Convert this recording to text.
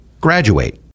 graduate